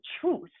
truth